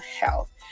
health